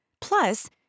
Plus